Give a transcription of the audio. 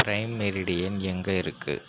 prime meridian எங்கே இருக்கு